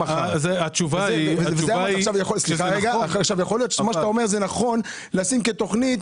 יכול להיות שמה שאתה אומר נכון לשים כתכנית